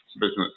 Business